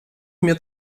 mir